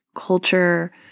culture